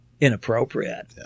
inappropriate